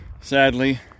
sadly